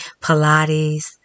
Pilates